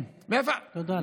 כן, תודה לך.